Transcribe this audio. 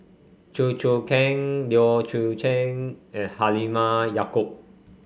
Chew Choo Keng Leu Yew Chye and Halimah Yacob